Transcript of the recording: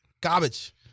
garbage